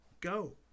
Go